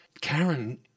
Karen